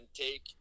take